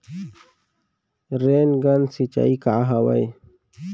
Rain gun सिंचाई का हवय?